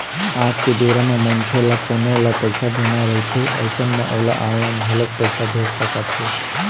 आज के बेरा म मनखे ल कोनो ल पइसा देना रहिथे अइसन म ओला ऑनलाइन घलोक पइसा भेज सकत हे